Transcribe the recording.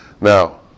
Now